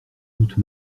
doutes